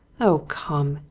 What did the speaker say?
oh, come!